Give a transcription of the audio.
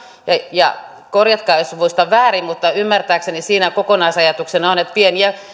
korjatkaa jos muistan väärin mutta ymmärtääkseni siinä kokonaisajatuksena on että